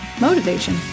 motivation